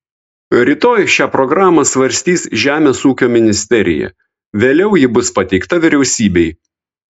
rytoj šią programą svarstys žemės ūkio ministerija vėliau ji bus pateikta vyriausybei